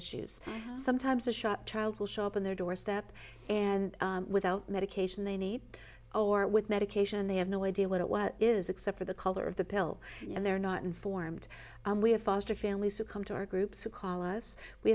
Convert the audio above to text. issues sometimes a shop child will show up on their doorstep and without medication they need a warrant with medication they have no idea what it what is except for the color of the pill and they're not informed we have foster families who come to our groups who call us we